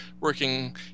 working